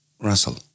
Russell